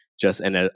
just—and